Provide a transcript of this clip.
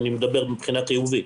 מבחינה חיובית,